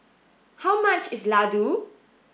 how much is Ladoo